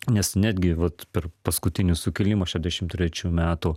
nes netgi vat per paskutinį sukilimą šešiasdešim trečių metų